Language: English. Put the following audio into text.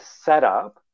setup